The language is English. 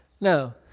No